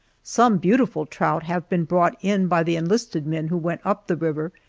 some beautiful trout have been brought in by the enlisted men who went up the river,